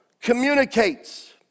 communicates